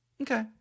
okay